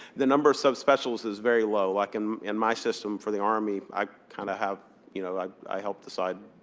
the number of subspecialists is very low. like and in my system, for the army, i kind of have you know i i help decide